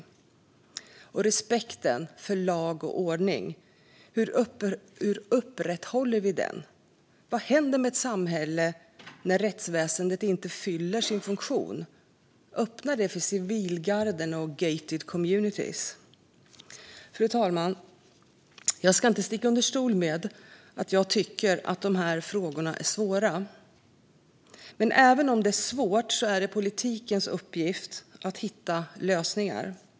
Det gäller respekten för lag och ordning. Hur upprätthåller vi den? Vad händer med ett samhälle när rättsväsendet inte fyller sin funktion? Öppnar det för civilgarden och gated communities? Fru talman! Jag ska inte sticka under stol med att jag tycker att de här frågorna är svåra. Men även om det är svårt är det politikens uppgift att hitta lösningar.